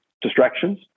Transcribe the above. distractions